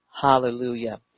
Hallelujah